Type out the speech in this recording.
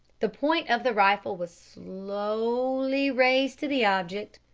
the point of the rifle was slowly raised to the object,